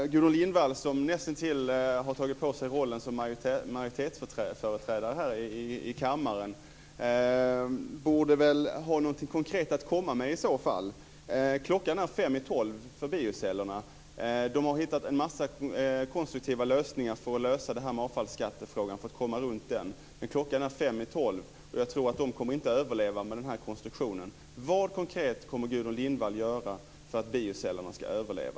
Gudrun Lindvall, som näst intill har tagit på sig rollen som majoritetsföreträdare här i kammaren, borde väl ha någonting konkret att komma med i så fall. Klockan är fem i tolv för biocellerna. Man har hittat en massa konstruktiva lösningar för att komma runt detta med avfallsskatten, men klockan är fem i tolv. Jag tror inte att de kommer att överleva med den här konstruktionen. Vad kommer Gudrun Lindvall att göra konkret för att biocellerna ska överleva?